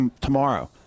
tomorrow